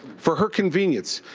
for her convenience.